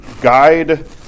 guide